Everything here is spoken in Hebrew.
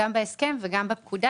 גם בהסכם וגם בפקודה.